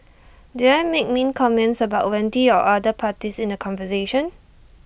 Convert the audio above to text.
did I make mean comments about Wendy or other parties in the conversation